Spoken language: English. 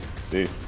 See